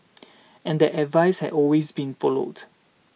and that advice has always been followed